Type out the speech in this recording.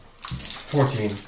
Fourteen